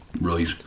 right